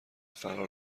فرار